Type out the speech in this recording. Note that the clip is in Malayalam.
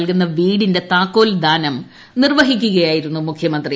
നൽകുന്ന വീടിന്റെ താക്കോൽദാനം നിർവഹിക്കുകയായിരുന്നു മുഖ്യമന്ത്രി